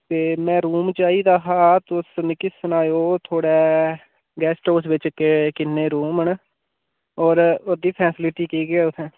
ते मैं रूम चाहिदा दा हा तुस मिकी सनाएओ थुआढ़े गेस्ट हाउस बिच्च के किन्ने रूम न होर ओह्दी फैसिलिटी केह् केह् ऐ उत्थें